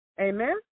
Amen